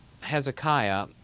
Hezekiah